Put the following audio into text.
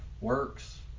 Works